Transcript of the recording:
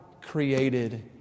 created